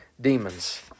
demons